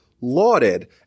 lauded